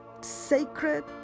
sacred